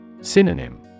Synonym